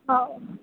हो